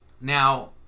Now